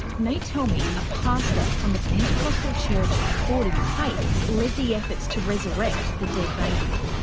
they tell me a pastor from the pentcostal church forward in faith led the efforts to resurrect the dead baby.